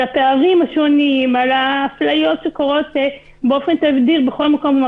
על הפערים השונים, על האפליות שקורות בכל מקום.